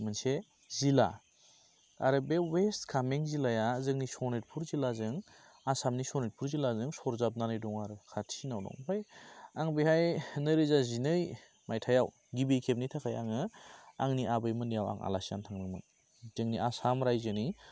मोनसे जिल्ला आरो बे वेस्ट कामें जिल्लाया जोंनि सनितपुर जिल्लाजों आसामनि सनितपुर जिल्लाजों सरजाबनानै दं आरो खाथि सिनाव दं आमफ्राय आं बेहाय नैरोजा जिनै माइथाइयाव जिबि खेबनि थाखाय आङो आंनि आबै मोननियाव आं आलासि जानो थांदोंमोन जोंनि आसाम राज्योनि